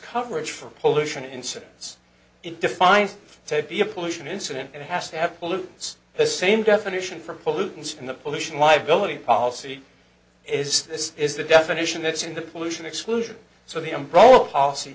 coverage for pollution incidents it defines to be a pollution incident and has to have pollutants the same definition for pollutants from the pollution liability policy is this is the definition it's in the pollution exclusion so the umbrella policy